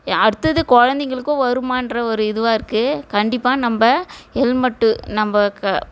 அடுத்தது குழந்தைங்களுக்கும் வருமாகிற ஒரு இதுவாக இருக்குது கண்டிப்பாக நம்ம ஹெல்மெட்டு நம்ம க